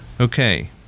Okay